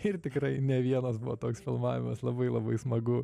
ir tikrai ne vienas buvo toks filmavimas labai labai smagu